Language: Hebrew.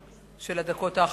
של הדקות האחרונות.